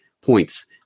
points